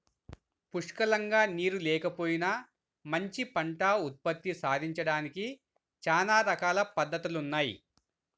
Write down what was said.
పుష్కలంగా నీరు లేకపోయినా మంచి పంట ఉత్పత్తి సాధించడానికి చానా రకాల పద్దతులున్నయ్